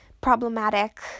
problematic